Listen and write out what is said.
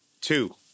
two